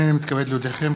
הנני מתכבד להודיעכם,